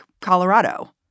Colorado